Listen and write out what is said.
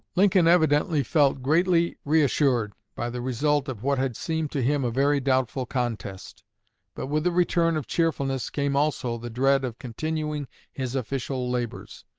lincoln evidently felt greatly reassured by the result of what had seemed to him a very doubtful contest but with the return of cheerfulness came also the dread of continuing his official labors.